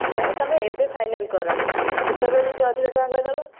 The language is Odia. ମାନେ ତୁମେ ଏବେ ଫାଇନାଲ୍ କର ସେତେବେଳେ ଯଦି ଅଧିକ ଟଙ୍କା କହିଦେଲ